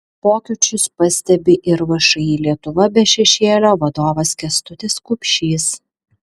pokyčius pastebi ir všį lietuva be šešėlio vadovas kęstutis kupšys